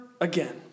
again